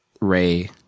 Ray